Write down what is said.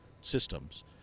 systems